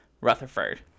Rutherford